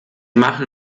machen